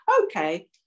Okay